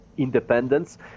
Independence